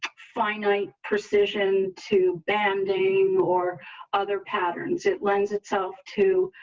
finite precision to banding or other patterns. it lends itself to,